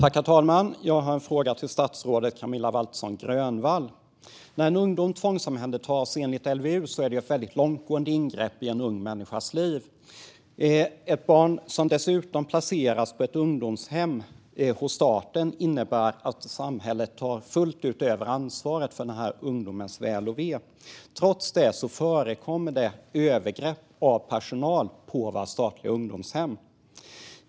Herr talman! Jag har en fråga till statsrådet Camilla Waltersson Grönvall. När en ungdom tvångsomhändertas enligt LVU är det ett väldigt långtgående ingrepp i en ung människas liv. När ett barn dessutom placeras på ungdomshem innebär det att samhället fullt ut tar över ansvaret för den ungdomens väl och ve. Trots det förekommer övergrepp av personal på statliga ungdomshem.